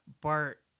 Bart